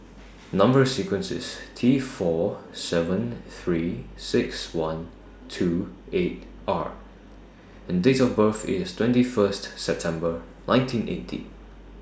Number sequence IS T four seven three six one two eight R and Date of birth IS twenty First September nineteen eighty